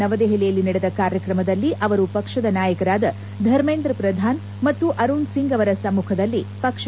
ನವದೆಹಲಿಯಲ್ಲಿ ನಡೆದ ಕಾರ್ಯಕ್ರಮದಲ್ಲಿ ಅವರು ಪಕ್ಷದ ನಾಯಕರಾದ ಧಮೇಂದ್ರ ಪ್ರಧಾನ್ ಮತ್ತು ಅರುಣ್ ಸಿಂಗ್ ಅವರ ಸಮ್ಮುಖದಲ್ಲಿ ಪಕ್ಷಕ್ಕೆ ಸೇರ್ಪಡೆಯಾದರು